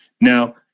Now